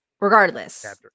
Regardless